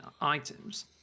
items